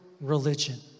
religion